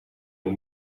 een